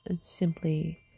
simply